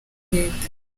leta